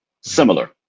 similar